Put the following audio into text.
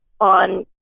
on